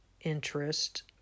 interest